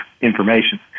information